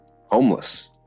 homeless